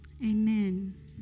Amen